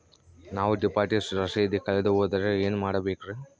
ನಾನು ಡಿಪಾಸಿಟ್ ರಸೇದಿ ಕಳೆದುಹೋದರೆ ಏನು ಮಾಡಬೇಕ್ರಿ?